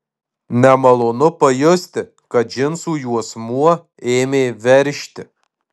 nemalonu pajusti kad džinsų juosmuo ėmė veržti